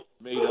made